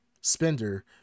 spender